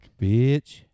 bitch